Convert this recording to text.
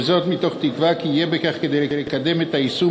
מתוך תקווה כי יהיה בכך כדי לקדם את היישום